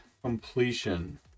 completion